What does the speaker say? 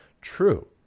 true